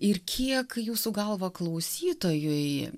ir kiek jūsų galva klausytojui